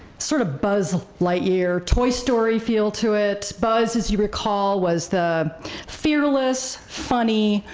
sort of buzz lightyear, toy story feel to it. buzz, as you recall was the fearless, funny,